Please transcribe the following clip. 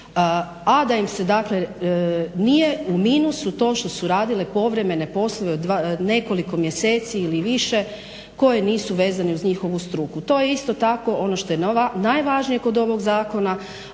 a da im nije u minusu to što su radile povremene poslove od nekoliko mjeseci ili više koji nisu vezani uz njihovu struku. To je isto tako ono što je najvažnije kod ovog zakona,